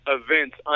events